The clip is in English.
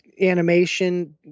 Animation